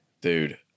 Dude